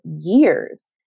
years